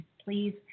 Please